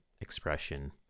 expression